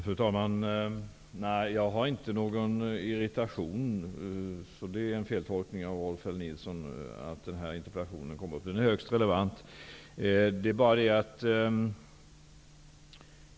Fru talman! Jag känner inte någon irritation för att denna interpellation kommer upp. Det är en feltolkning av Rolf L Nilson. Interpellationen är högst relevant.